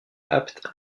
apte